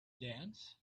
dance